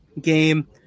game